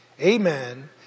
Amen